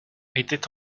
étaient